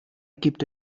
gibt